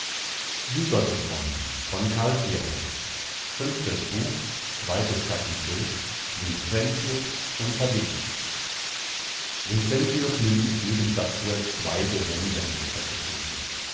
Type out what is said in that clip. nötige gemeinsam zweites kapitel vincentius nimmt mit jedem satze zwei der hohen wendeltreppestufen